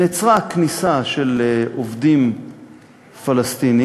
נעצרה כניסה של עובדים פלסטינים,